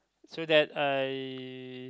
so that I